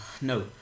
No